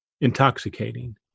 intoxicating